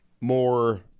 more